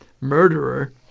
murderer